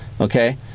okay